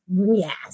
Yes